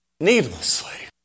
needlessly